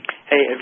Hey